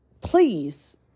please